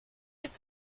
vite